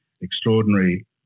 extraordinary